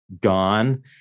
gone